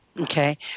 Okay